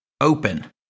open